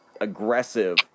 aggressive